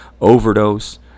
overdose